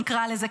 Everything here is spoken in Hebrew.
נקרא לזה.